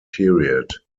period